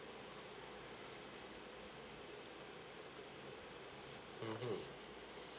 mmhmm